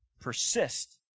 persist